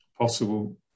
possible